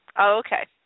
Okay